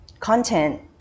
content